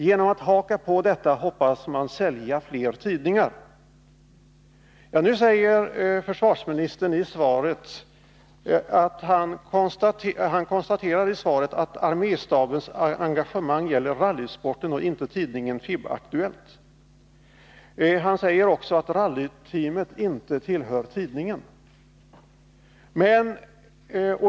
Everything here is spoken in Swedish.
Genom att haka på detta hoppas man sälja fler tidningar.” Nu konstaterar försvarsministern i svaret att arméstabens engagemang gäller rallysporten och inte tidningen FIB-Aktuellt. Han säger också att rallyteamet inte tillhör tidningen.